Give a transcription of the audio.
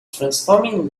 transforming